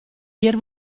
hjir